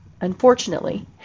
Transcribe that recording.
Unfortunately